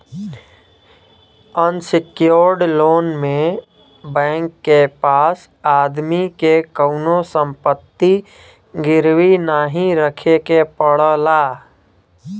unsecured loan में bank के पास आदमी के कउनो संपत्ति गिरवी नाहीं रखे के पड़ला